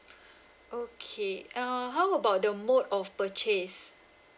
okay uh how about the mode of purchase